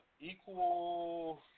Equal